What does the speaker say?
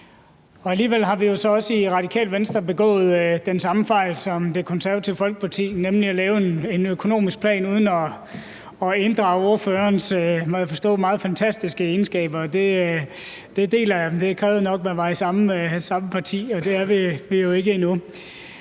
Alligevel har vi jo så også i Radikale Venstre begået den samme fejl som Det Konservative Folkeparti, nemlig at lave en økonomisk plan uden at inddrage ordførerens, må jeg forstå, meget fantastiske egenskaber. Det krævede nok, at man var i samme parti, og det er vi jo ikke endnu.